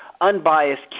unbiased